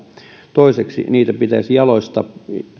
toiseksi niitä pitäisi jalostaa